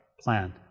plan